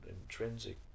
intrinsic